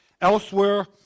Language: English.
Elsewhere